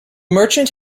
merchant